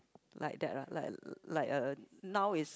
like that like l~ like uh now is